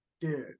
dude